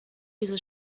diese